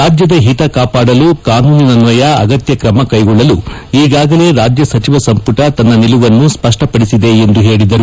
ರಾಜ್ಯದ ಹಿತ ಕಾಪಾಡಲು ಕಾನೂನಿನ್ವಯ ಅಗತ್ಯ ಕ್ರಮ ಕೈಗೊಳ್ಳಲು ಈಗಾಗಲೇ ರಾಜ್ಯ ಸಚಿವ ಸಂಪುಟ ತನ್ನ ನಿಲುವನ್ನು ಸ್ಪಷ್ವಪಡಿಸಿದೆ ಎಂದು ಹೇಳಿದರು